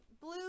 blue